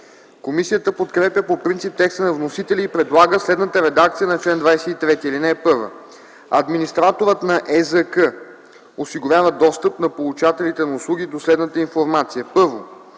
Комисията подкрепя по принцип текста на вносителя и предлага следната редакция на чл. 23: „Чл. 23. (1) Администраторът на ЕЗК осигурява достъп на получателите на услуги до следната информация: 1.